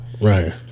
right